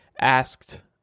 asked